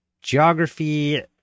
geography